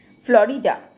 Florida